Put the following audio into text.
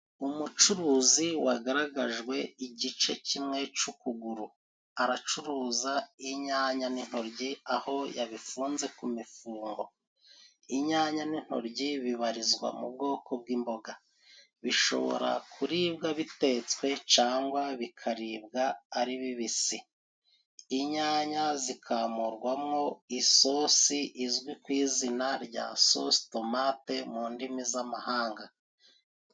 Umucuruzi wagaragajwe igice kimwe c'ukuguru aracuruza inyanya n'intoryi aho yabifunze ku mifungo, inyanya n'intoryi bibarizwa mu bwoko bw'imboga, bishobora kuribwa bitetswe cangwa bikaribwa ari bibisi, inyanya zikamurwamo isosi izwi ku izina rya sositomate mu ndimi z'amahanga.